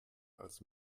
als